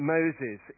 Moses